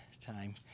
time